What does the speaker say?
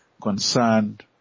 concerned